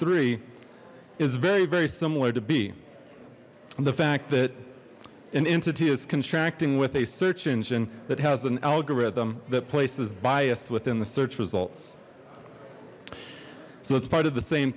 three is very very similar to b and the fact that an entity is contracting with a search engine that has an algorithm that places bias within the search results so it's part of the same